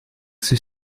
ceux